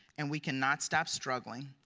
and we cannot stop struggling.